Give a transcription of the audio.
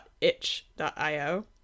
itch.io